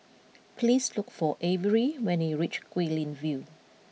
please look for Avery when you reach Guilin View